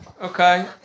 okay